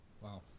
Wow